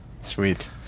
Sweet